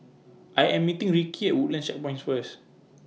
I Am meeting Ricky At Woodlands Checkpoint First